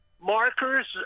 markers